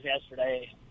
yesterday